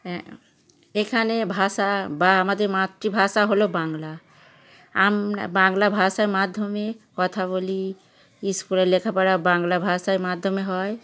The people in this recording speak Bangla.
হ্যাঁ এখানে ভাষা বা আমাদের মাতৃভাষা হলো বাংলা আমরা বাংলা ভাষার মাধ্যমে কথা বলি স্কুলে লেখাপড়া বাংলা ভাষায় মাধ্যমে হয়